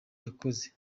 yakoze